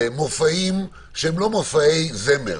מופעים שהם לא מופעי זמר.